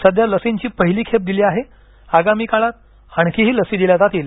सध्या लसींची पहिली खेप दिली आहे आगामी काळात आणखीही लसी दिल्या जातील